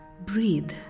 breathe